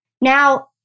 Now